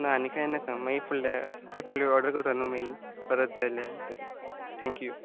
ना आनी कांय ना सांग माई फुडल्या ते फुडले फावट बी करता न्हू माई परत आयल्या तेक ठँक्यू